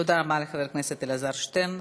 תודה רבה לחבר הכנסת אלעזר שטרן.